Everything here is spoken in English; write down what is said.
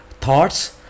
thoughts